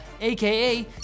AKA